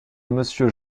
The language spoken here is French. monsieur